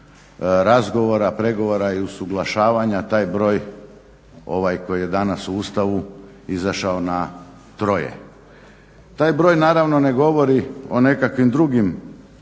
razgovora, pregovora i usuglašavanja taj broj ovaj koji je danas u Ustavu izašao na troje. Taj broj naravno ne govori o nekakvim drugim